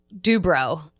Dubrow